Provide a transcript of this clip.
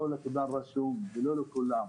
לא לקבלן רשום ולא לכולם.